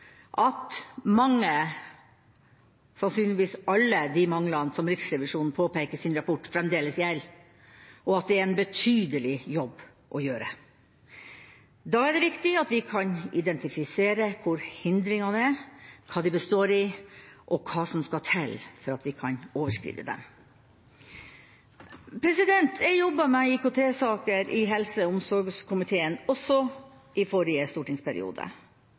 at mange av de manglene – sannsynligvis alle – som Riksrevisjonen påpeker i sin rapport, fremdeles gjelder, og at det er en betydelig jobb å gjøre. Da er det viktig at vi kan identifisere hvor hindringene er, hva de består i, og hva som skal til for at vi kan overskride dem. Jeg jobbet med IKT-saker i helse- og omsorgskomiteen også i forrige stortingsperiode,